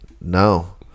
No